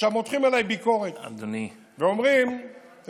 מותחים עליי ביקורת ואומרים, אדוני.